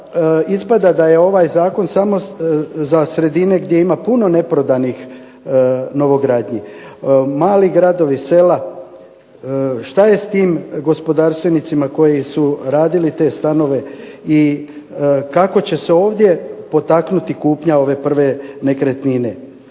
ispada da je ovaj Zakon samo za sredine gdje ima puno neprodanih novogradnji, malih gradovi sela, što je s tim gospodarstvenicima koji su gradili te stanove i kako će se ovdje potaknuti kupnja te prve nekretnine.